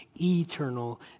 eternal